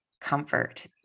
comfort